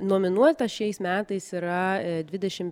nominuota šiais metais yra dvidešim